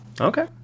Okay